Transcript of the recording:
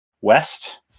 West